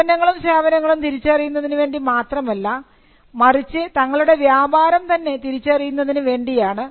ഉല്പന്നങ്ങളും സേവനങ്ങളും തിരിച്ചറിയുന്നതിനു വേണ്ടി മാത്രമല്ല മറിച്ച് തങ്ങളുടെ വ്യാപാരം തന്നെ തിരിച്ചറിയുന്നതിനു വേണ്ടിയാണ്